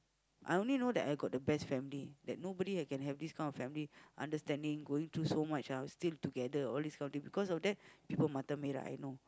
I only know that I got the best family that nobody can have this kind of family understanding going through so much ah still together all these kind of thing because of that people mata merah I know